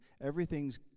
everything's